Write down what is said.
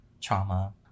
trauma